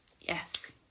yes